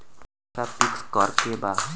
पैसा पिक्स करके बा?